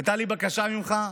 הייתה לי בקשה ממך,